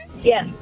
Yes